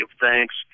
thanks